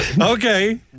Okay